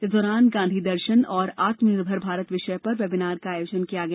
इस दौरान गांधी दर्शन एवं आत्मनिर्भर भारत विषय पर वेबिनार का आयोजन भी किया गया